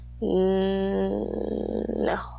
No